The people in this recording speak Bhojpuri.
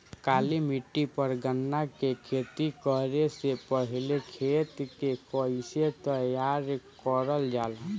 काली मिट्टी पर गन्ना के खेती करे से पहले खेत के कइसे तैयार करल जाला?